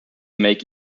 make